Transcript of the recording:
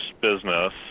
business